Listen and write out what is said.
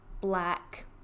black